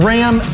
Ram